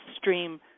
stream